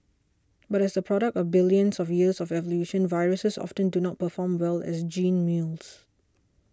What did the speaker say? but as the product of billions of years of evolution viruses often do not perform well as gene mules